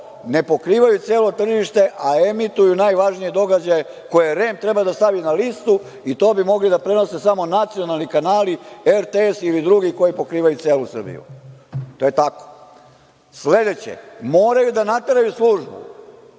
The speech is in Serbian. ne pokrivaju celo tržište, a emituju najvažnije događaje koje REM treba da stavi na listu i to bi mogli da prenose samo nacionalni kanali, RTS ili drugi, koji pokrivaju celu Srbiju. To je tako. Sledeće, moraju da nateraju službu